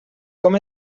com